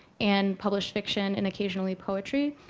and publish fiction and occasionally poetry.